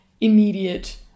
immediate